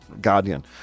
Guardian